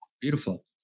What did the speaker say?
beautiful